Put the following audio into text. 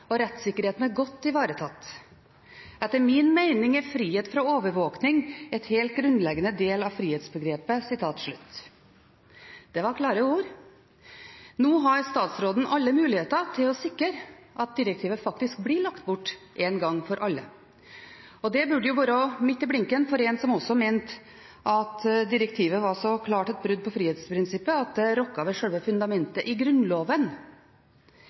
og rettssikkerheten godt ivaretatt. Etter min oppfatning er frihet fra overvåking en helt grunnleggende del av frihetsbegrepet.» Det var klare ord. Nå har statsråden alle muligheter til å sikre at direktivet faktisk blir lagt bort en gang for alle – og det burde jo være midt i blinken for en som også mente at direktivet var et så klart brudd på frihetsprinsippet at det rokket ved selve fundamentet i Grunnloven.